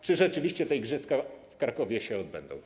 Czy rzeczywiście te igrzyska w Krakowie się odbędą?